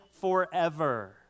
forever